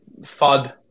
FUD